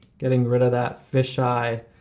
getting rid of that fish-eye,